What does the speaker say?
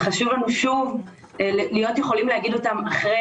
חשוב לנו להיות יכולים לומר אותם אחרי